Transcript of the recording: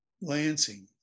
Lansing